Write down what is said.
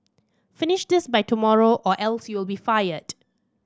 finish this by tomorrow or else you'll be fired